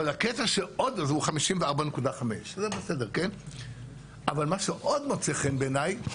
הוא 54.5%. מה שעוד מוצא חן בעיניי,